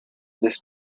this